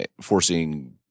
forcing